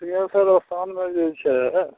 सिँघेश्वर स्थानमे जे छै